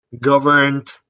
governed